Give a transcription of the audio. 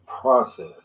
process